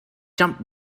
jump